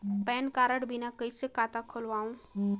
Pan card बिना कइसे खाता खोलव?